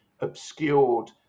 obscured